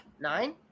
Nine